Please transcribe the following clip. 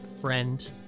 friend